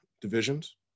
divisions